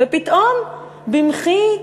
ופתאום במחי יד,